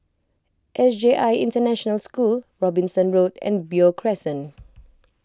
S J I International School Robinson Road and Beo Crescent